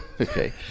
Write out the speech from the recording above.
okay